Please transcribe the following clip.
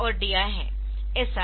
SI और DI है